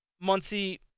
Muncie